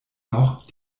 noch